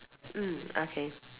mm okay